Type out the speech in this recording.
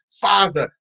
father